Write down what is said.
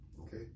Okay